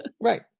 Right